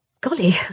Golly